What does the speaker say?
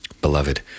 Beloved